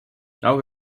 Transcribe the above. now